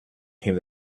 came